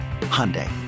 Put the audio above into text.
Hyundai